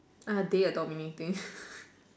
uh they are dominating